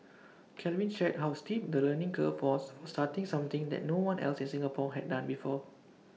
Calvin shared how steep the learning curve was for starting something that no one else in Singapore had done before